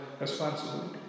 responsibility